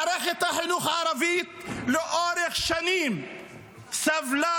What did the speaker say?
מערכת החינוך הערבית לאורך שנים סבלה